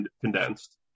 condensed